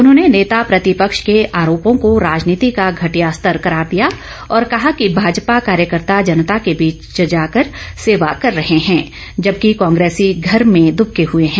उन्होंने नेता प्रतिपक्ष के आरोपों को राजनीति का घटिया स्तर करार दिया और कहा कि भाजपा कार्यकर्ता जनता के बीच जाकर सेवा कर रहे हैं जबकि कांग्रेसी घर में दबके हए हैं